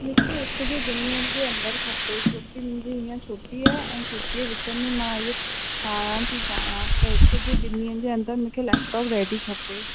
मूंखे हिकु या ॿिनि ॾींहंनि जे अंदरि खपे छोकी मुंहिंजी हींअर छुटी आहे ऐं छुटीअ विच में मां इहो ठारहाइण थी चाहियां त हिकु या ॿिनि ॾींहंनि जे अंदरि मूंखे लैपटॉप रेडी खपे